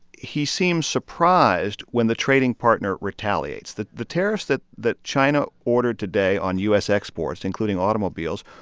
he seems surprised when the trading partner retaliates. the the tariffs that that china ordered today on u s. exports, including automobiles,